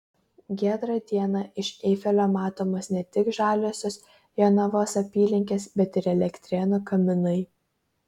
giedrą dieną iš eifelio matomos ne tik žaliosios jonavos apylinkės bet ir elektrėnų kaminai